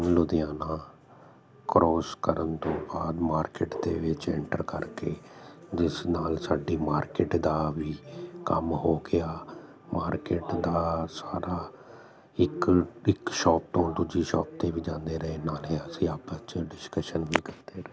Ludhiana cross ਕਰਨ ਤੋਂ ਬਾਅਦ ਮਾਰਕੀਟ ਦੇ ਵਿੱਚ ਇੰਟਰ ਕਰਕੇ ਜਿਸ ਨਾਲ ਸਾਡੀ ਮਾਰਕੀਟ ਦਾ ਵੀ ਕੰਮ ਹੋ ਗਿਆ ਮਾਰਕੀਟ ਦਾ ਸਾਰਾ ਇੱਕ ਇੱਕ ਸ਼ੋਪ ਤੋਂ ਦੂਜੀ ਸ਼ੋਪ 'ਤੇ ਵੀ ਜਾਂਦੇ ਰਹੇ ਨਾਲੇ ਅਸੀਂ ਆਪਸ 'ਚ ਡਿਸ਼ਕਸ਼ਨ ਵੀ ਕਰਦੇ ਰਹੇ